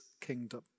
kingdom